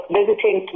visiting